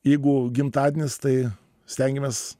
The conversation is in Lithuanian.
jeigu gimtadienis tai stengiamės